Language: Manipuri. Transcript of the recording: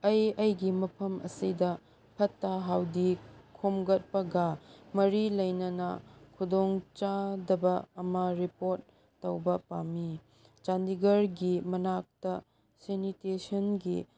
ꯑꯩ ꯑꯩꯒꯤ ꯃꯐꯝ ꯑꯁꯤꯗ ꯐꯠꯇ ꯍꯥꯎꯗꯤ ꯈꯣꯝꯒꯠꯄꯒ ꯃꯔꯤ ꯂꯩꯅꯅ ꯈꯨꯗꯣꯡ ꯆꯥꯗꯕ ꯑꯃ ꯔꯤꯄꯣꯔꯠ ꯇꯧꯕ ꯄꯥꯝꯃꯤ ꯆꯥꯟꯗꯤꯒꯔꯒꯤ ꯃꯅꯥꯛꯇ ꯁꯦꯅꯤꯇꯦꯁꯟꯒꯤ